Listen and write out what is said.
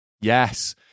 Yes